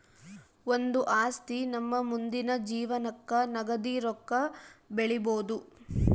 ಒಂದು ಆಸ್ತಿ ನಮ್ಮ ಮುಂದಿನ ಜೀವನಕ್ಕ ನಗದಿ ರೊಕ್ಕ ಬೆಳಿಬೊದು